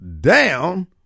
down